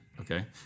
okay